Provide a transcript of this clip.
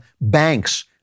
banks